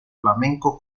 flamenco